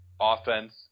offense